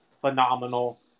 phenomenal